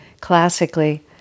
Classically